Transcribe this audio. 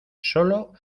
sólo